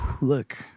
Look